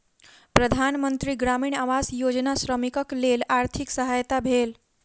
प्रधान मंत्री ग्रामीण आवास योजना श्रमिकक लेल आर्थिक सहायक भेल